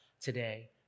today